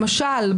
למשל,